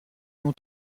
ont